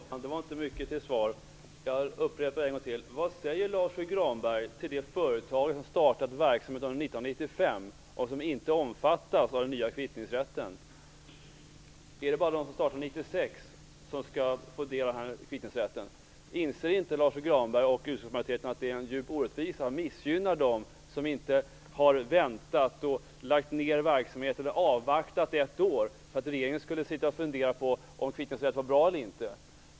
Fru talman! Det var inte mycket till svar. Jag upprepar frågan en gång till. Vad säger Lars U Granberg till de företag som startat verksamhet under 1995 och som inte omfattas av den nya kvittningsrätten. Är det bara de som startar 1996 som skall få del av kvittningsrätten? Inser inte Lars U Granberg och utskottsmajoriteten att det är en djup orättvisa som missgynnar dem som inte har väntat, lagt ner verksamhet eller avvaktat ett år för att regeringen skulle sitta och fundera på om kvittningsrätt var bra eller inte?